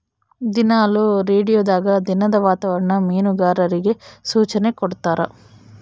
ದಿನಾಲು ರೇಡಿಯೋದಾಗ ದಿನದ ವಾತಾವರಣ ಮೀನುಗಾರರಿಗೆ ಸೂಚನೆ ಕೊಡ್ತಾರ